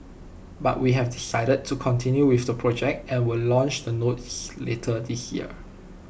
but we have decided to continue with the project and will launch the notes later this year